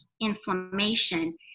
inflammation